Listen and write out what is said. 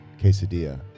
quesadilla